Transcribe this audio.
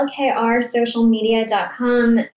lkrsocialmedia.com